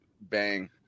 bang